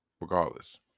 regardless